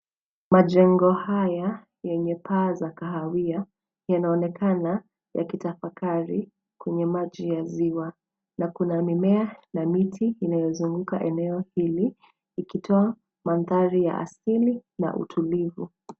Majengo haya, yenye paa za kahawia, yanaonekana, yakitafakari, kwenye maji ya ziwa, na kuna mimea, na miti, inayozunguka eneo hili, ikitoa mandhari ya asili, na utulivu.